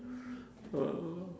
uh